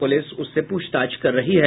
police उससे पूछताछ कर रही है